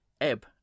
ebb